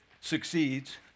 succeeds